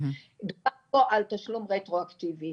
דובר פה על תשלום רטרואקטיבי,